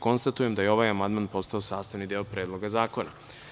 Konstatujem da je ovaj amandman postao sastavni deo Predloga zakona.